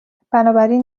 بنابراین